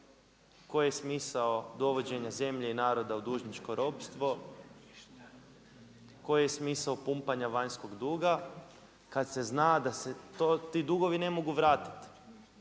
Koji je smisao dovođenje zemlje i naroda u dužničko ropstvo? Koji je smisao pumpanja vanjskog duga kada se zna da se ti dugovi ne mogu vratiti?